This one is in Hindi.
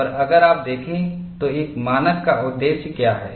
और अगर आप देखें तो एक मानक का उद्देश्य क्या है